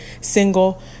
single